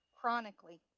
chronically